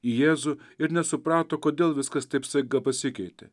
į jėzų ir nesuprato kodėl viskas taip staiga pasikeitė